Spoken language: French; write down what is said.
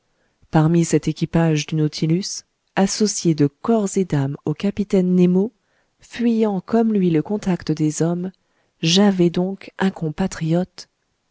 parmi cet équipage du nautilus associé de corps et d'âme au capitaine nemo fuyant comme lui le contact des hommes j'avais donc un compatriote